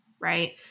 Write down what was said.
Right